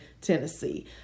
Tennessee